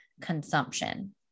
consumption